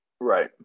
right